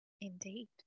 indeed